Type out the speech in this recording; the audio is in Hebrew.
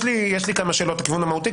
יש לי כמה שאלות לכיוון המהותי,